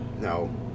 No